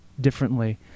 differently